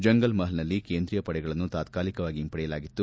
jungle ಮಹಲ್ನಲ್ಲಿ ಕೇಂದ್ರೀಯ ಪಡೆಗಳನ್ನು ತಾತಾಲಿಕವಾಗಿ ಹಿಂಪಡೆಯಲಾಗಿತ್ತು